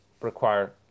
require